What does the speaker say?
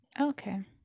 Okay